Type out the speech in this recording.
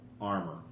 armor